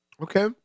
Okay